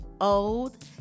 old